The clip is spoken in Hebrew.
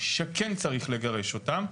שכן צריך לגרש אותם,